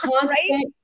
Constant